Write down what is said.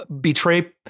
betray